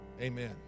Amen